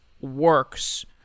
works